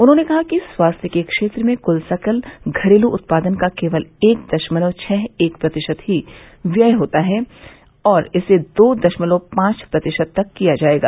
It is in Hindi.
उन्होंने कहा कि स्वास्थ्य के क्षेत्र में कुल सकल घरेलू उत्पादन का केवल एक दशमलव छः एक प्रतिशत ही व्यय होता है इसे दो दशमलव पांव प्रतिशत तक किया जायेगा